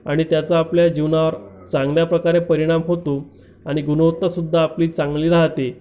आणि त्याचा आपल्या जीवनावर चांगल्याप्रकारे परीणाम होतो आणि गुणवत्तासुद्धा आपली चांगली राहते